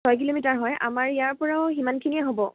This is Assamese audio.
ছয় কিলোমিটাৰ হয় আমাৰ ইয়াৰ পৰাও সিমানখিনিয়ে হ'ব